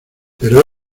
pero